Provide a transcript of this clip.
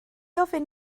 ofyn